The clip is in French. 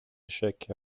échecs